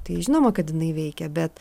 tai žinoma kad jinai veikia bet